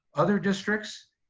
other districts,